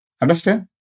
Understand